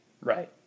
Right